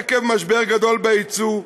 עקב משבר גדול בייצוא,